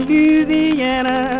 Louisiana